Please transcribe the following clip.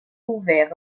ouvert